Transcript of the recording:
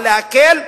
בא להקל,